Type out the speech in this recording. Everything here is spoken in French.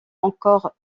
encore